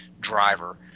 driver